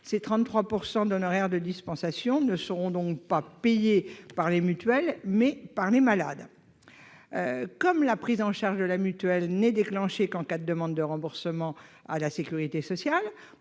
Les 33 % d'honoraires de dispensation ne seront donc pas payés par les mutuelles, mais ils seront acquittés par les malades. Comme la prise en charge de la mutuelle n'est déclenchée qu'en cas de demande de remboursement à la sécurité sociale,